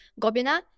Gobina